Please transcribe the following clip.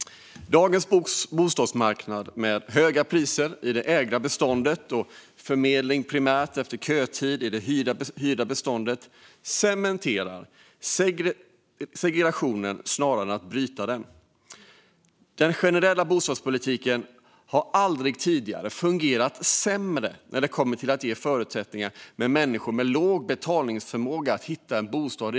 Dagens bostadsmarknad, med höga priser i det ägda beståndet och förmedling primärt efter kötid i det hyrda beståndet, cementerar segregationen snarare än bryter den. Den generella bostadspolitiken har aldrig tidigare fungerat sämre när det handlar om att ge förutsättningar för människor med låg betalningsförmåga att hitta en bostad.